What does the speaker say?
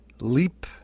Leap